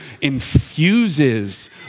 infuses